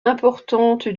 importante